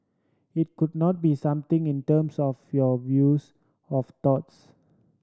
it could not be something in terms of your views of thoughts